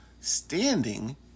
standing